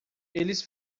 eles